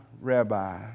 Rabbi